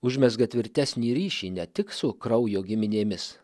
užmezga tvirtesnį ryšį ne tik su kraujo giminėmis